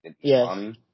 Yes